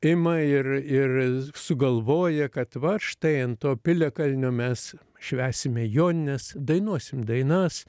ima ir ir sugalvoja kad va štai ant to piliakalnio mes švęsime jonines dainuosim dainas